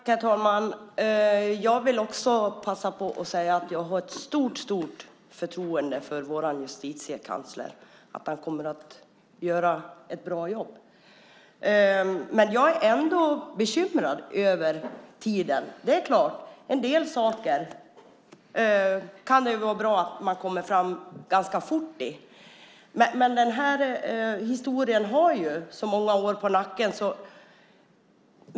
Herr talman! Jag vill också passa på att säga att jag har stort förtroende för vår justitiekansler och för att han kommer att göra ett bra jobb. Jag är ändå bekymrad över tiden. När det gäller en del saker kan det vara bra att man kommer fram ganska fort. Men den här historien har ju så många år på nacken.